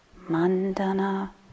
Mandana